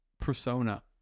persona